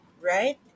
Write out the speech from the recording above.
right